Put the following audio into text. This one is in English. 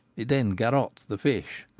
it then garottes the fish.